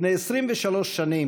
לפני 23 שנים